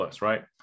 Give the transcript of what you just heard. right